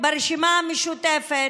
עבודה פרלמנטרית,